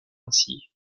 ainsi